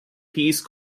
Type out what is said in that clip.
peace